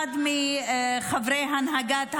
אחד מחברי הנהגת הוועד,